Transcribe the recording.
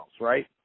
right